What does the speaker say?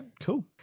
cool